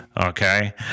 Okay